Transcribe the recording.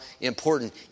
important